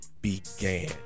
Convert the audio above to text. began